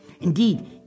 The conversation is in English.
Indeed